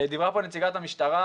דיברה פה נציגת המשטרה,